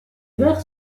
verre